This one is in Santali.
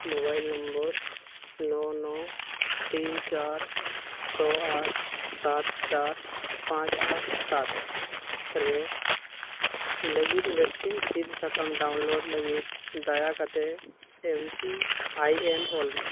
ᱢᱳᱵᱟᱭᱤᱞ ᱱᱚᱢᱵᱚᱨ ᱱᱚ ᱱᱚ ᱛᱤᱱ ᱪᱟᱨ ᱪᱷᱚ ᱟᱴ ᱥᱟᱛ ᱪᱟᱨ ᱯᱟᱸᱪ ᱟᱴ ᱥᱟᱛ ᱨᱮ ᱞᱟᱹᱜᱤᱫ ᱵᱷᱮᱠᱥᱤᱱ ᱥᱤᱫᱽ ᱥᱟᱠᱟᱢ ᱰᱟᱣᱩᱱᱞᱳᱰ ᱞᱟᱹᱜᱤᱫ ᱫᱟᱭᱟ ᱠᱟᱛᱮᱫ ᱮᱢ ᱯᱤ ᱟᱭ ᱮᱱ ᱚᱞ ᱢᱮ